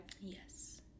yes